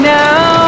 now